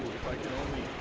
if i can only